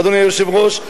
אדוני היושב-ראש,